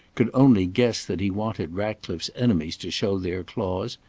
could only guess that he wanted ratcliffe's enemies to show their claws.